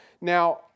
Now